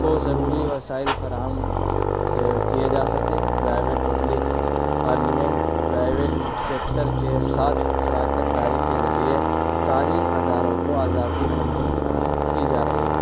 کو ضروری وسائل فراہم کیے جا سکے private public parliament private sector کے ساتھ شراکت داری کے ذریعے تعلیم اداروں کو اضافی فنڈنگ فراہم کی جا رہی ہے